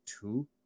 two